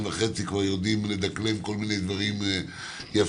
וחצי יודעים לדקלם כל מיני דברים יפים,